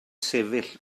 sefyll